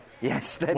Yes